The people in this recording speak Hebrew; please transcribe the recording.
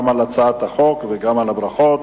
גם על הצעת החוק וגם על הברכות.